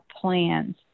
plans